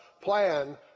plan